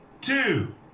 two